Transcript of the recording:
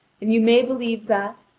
and you may believe that,